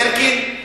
אלקין,